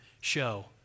show